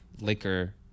liquor